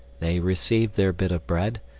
they received their bit of bread,